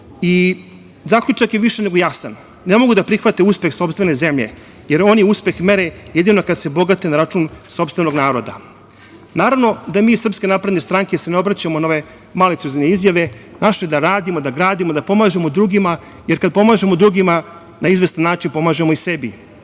Zaključak je više nego jasan – ne mogu da prihvate uspeh sopstvene zemlje, jer oni uspeh mere jedino kad se bogate na račun sopstvenog naroda. Naravno da mi iz SNS se ne osvrćemo na ove maliciozne izjave. Naše je da radimo, da gradimo, da pomažemo drugima, jer kad pomažemo drugima na izvestan način pomažemo i